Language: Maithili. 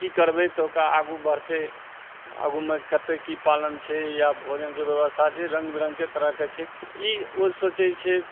की करबय तऽ ओकरा आगू बढ़तइ आगूमे कतय की पालन छै या भोजनके व्यवस्था छै रङ्ग बिरङ्गके तरहके छै ई ओ सोचय छै